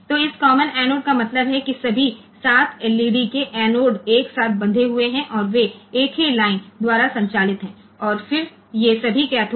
तो इस common anode का मतलब है कि सभी 7 एलईडीके एनोड्स एक साथ बंधे हुए हैं और वे एक ही लाइन द्वारा संचालित हैं और फिर ये सभी कैथोड